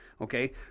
Okay